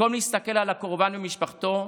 במקום להסתכל על הקורבן ומשפחתו,